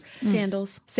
Sandals